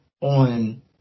on